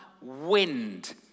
wind